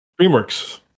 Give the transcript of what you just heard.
DreamWorks